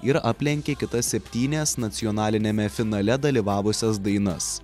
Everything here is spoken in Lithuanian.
ir aplenkė kitas septynias nacionaliniame finale dalyvavusias dainas